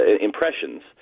impressions